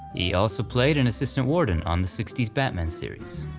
he also played an assistant warden on the sixty s batman series.